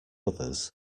others